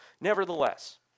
Nevertheless